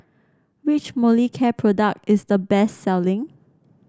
which Molicare product is the best selling